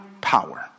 power